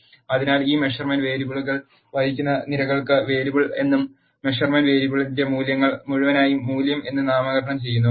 അതിനാൽ ഈ മെഷർമെന്റ് വേരിയബിളുകൾ വഹിക്കുന്ന നിരകൾക്ക് വേരിയബിൾ എന്നും മെഷർമെന്റ് വേരിയബിളിന്റെ മൂല്യങ്ങൾ മുഴുവനായും മൂല്യം എന്നും നാമകരണം ചെയ്യുന്നു